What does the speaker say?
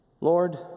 Lord